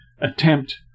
attempt